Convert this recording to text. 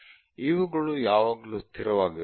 ಇವುಗಳು ಯಾವಾಗಲೂ ಸ್ಥಿರವಾಗಿರುತ್ತದೆ